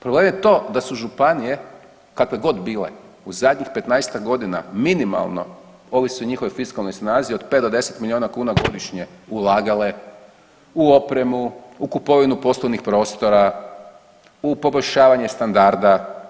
Problem je to da su županije kakve god bile u zadnjih 15-tak godina minimalno ovisi o njihovoj fiskalnoj snazi od 5 do 10 milijuna godišnje ulagale u opremu, u kupovinu poslovnih prostora, u poboljšavanje standarda.